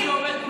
אני עובד פה,